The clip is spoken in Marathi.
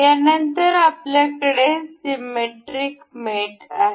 यानंतर आपल्याकडे सीमॅट्रिक मेटआहे